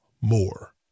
more